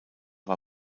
war